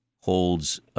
holds